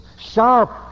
sharp